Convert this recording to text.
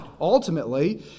ultimately